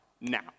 now